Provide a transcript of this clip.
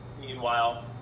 meanwhile